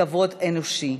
לכבוד אנושי.